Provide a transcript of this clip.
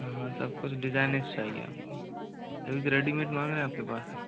हाँ हाँ सब कुछ डिजाइन में चाहिए हमको तभी तो रेडीमेड माल है आपके पास